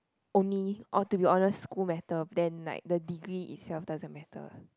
only or to be honest school matter then like the degree itself doesn't matter